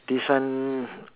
this one